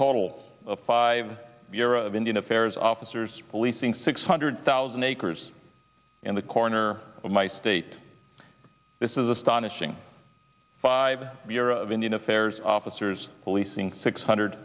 total of five bureau of indian affairs officers policing six hundred thousand acres in the corner of my state this is astonishing five bureau of indian affairs officers policing six hundred